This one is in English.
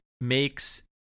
makes